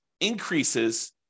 increases